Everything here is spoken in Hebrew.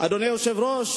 אדוני היושב-ראש,